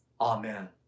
Amen